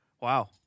Wow